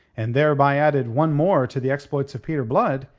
and thereby added one more to the exploits of peter blood,